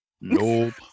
Nope